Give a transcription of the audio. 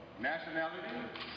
nationality